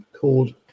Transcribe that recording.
called